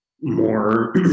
more